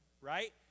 right